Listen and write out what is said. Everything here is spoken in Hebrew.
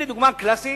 הנה דוגמה קלאסית